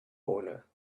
owner